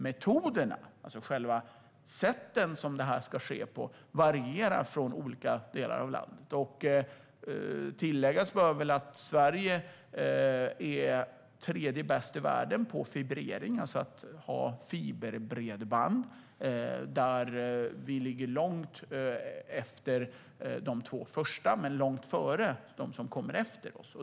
Metoderna, det vill säga själva de sätt som detta ska ske på, varierar i olika delar av landet. Tilläggas bör att Sverige är tredje bäst i världen på fibrering, alltså att ha fiberbredband. Där ligger vi långt efter de två första men långt före dem som kommer efter oss.